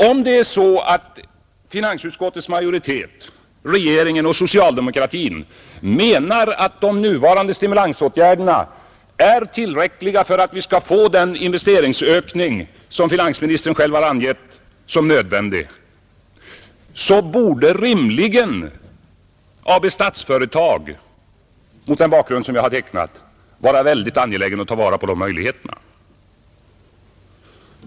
Om finansutskottets majoritet, regeringen och socialdemokratin menar att de nuvarande stimulansåtgärderna är tillräckliga för att vi skall få den investeringsökning som finansministern själv har angivit såsom nödvändig, borde rimligen Statsföretag AB mot den bakgrund som jag har tecknat vara väldigt angeläget om att ta vara på de möjligheterna.